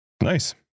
Nice